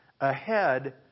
ahead